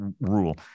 rule